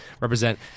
represent